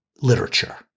literature